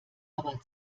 aber